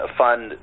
fund